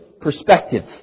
perspective